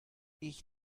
ich